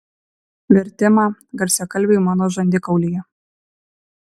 vertimą garsiakalbiui mano žandikaulyje